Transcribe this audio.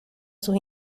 sus